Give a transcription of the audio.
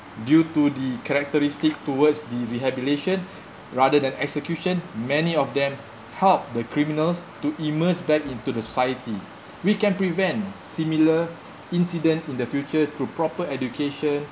due to the characteristic towards the rehabilitation rather than execution many of them help the criminals to immerse back into the society we can prevent a similar incident in the future through proper education